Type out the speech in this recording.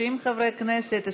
30 חברי כנסת,